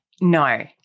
No